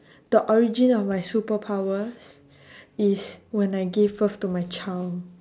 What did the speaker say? the origin of my superpowers is when I gave birth to my child